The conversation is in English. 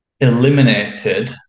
eliminated